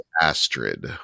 Astrid